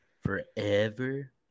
forever